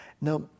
Now